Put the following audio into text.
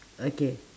okay